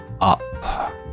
up